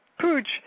Pooch